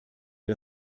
wir